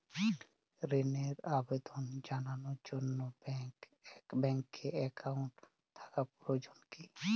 ঋণের আবেদন জানানোর জন্য ব্যাঙ্কে অ্যাকাউন্ট থাকা প্রয়োজন কী?